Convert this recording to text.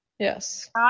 Yes